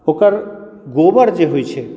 ओकर गोबर जे होइत छै